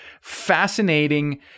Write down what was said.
Fascinating